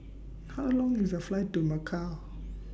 How Long IS The Flight to Macau